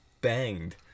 banged